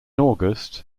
august